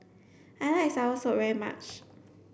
I like Soursop very much